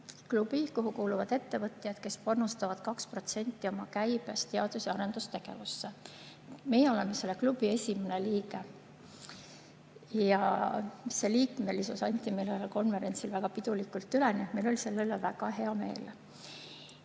klubi, kuhu kuuluvad ettevõtjad, kes panustavad 2% oma käibest teadus- ja arendustegevusse. Meie oleme selle klubi esimene liige ja see liikmelisus anti meile ühel konverentsil väga pidulikult üle. Meil oli selle üle väga hea meel.